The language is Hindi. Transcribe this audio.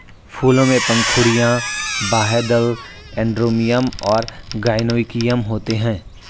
फूलों में पंखुड़ियाँ, बाह्यदल, एंड्रोमियम और गाइनोइकियम होते हैं